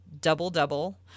double-double